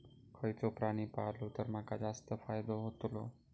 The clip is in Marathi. खयचो प्राणी पाळलो तर माका जास्त फायदो होतोलो?